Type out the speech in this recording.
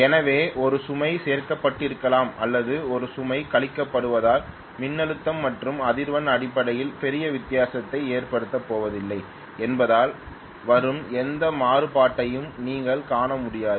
எனவே ஒரு சுமை சேர்க்கப்பட்டிருக்கலாம் அல்லது ஒரு சுமை கழிக்கப்படுவதால் மின்னழுத்தம் மற்றும் அதிர்வெண் அடிப்படையில் பெரிய வித்தியாசத்தை ஏற்படுத்தப் போவதில்லை என்பதால் வரும் எந்த மாறுபாட்டையும் நீங்கள் காண முடியாது